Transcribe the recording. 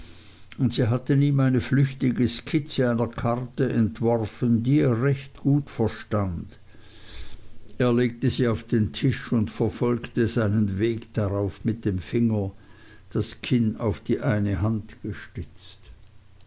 und sie hatten ihm eine flüchtige skizze einer karte entworfen die er recht gut verstand er legte sie auf den tisch und verfolgte seinen weg darauf mit dem finger das kinn auf die eine hand gestützt